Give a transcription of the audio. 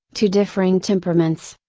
to differing temperaments,